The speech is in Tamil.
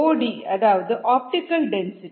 டி அதாவது ஆப்டிகல் டென்சிட்டி